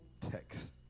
text